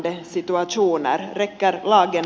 räcker lagen till här